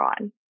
on